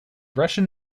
russian